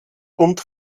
und